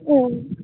ம்